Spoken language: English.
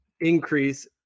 increase